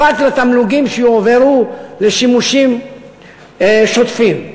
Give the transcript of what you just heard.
פרט לתמלוגים שיועברו לשימושים שוטפים.